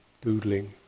doodling